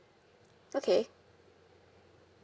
okay